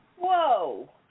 Whoa